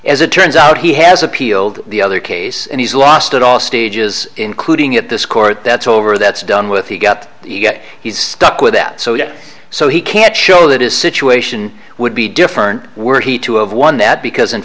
as it turns out he has appealed the other case and he's lost at all stages including at this court that's over that's done with the gov't he's stuck with that so yeah so he can't show that is situation would be different were he to have won that because in